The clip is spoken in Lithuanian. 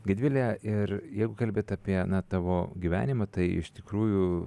gedvile ir jeigu kalbėt apie tavo gyvenimą tai iš tikrųjų